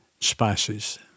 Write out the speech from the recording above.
spices